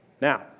Now